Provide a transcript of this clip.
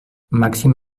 màxim